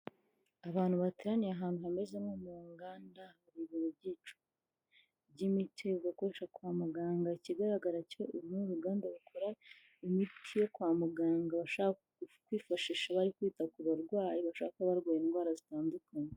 Abantu bateraniye ahantu hameze nko mu nganda byicu by'imiti bakoresha kwa muganga ikigaragara muri ruganda bakora imiti yo kwa muganga kwifashisha bari kwita ku barwayi bashaka barwaye indwara zitandukanye.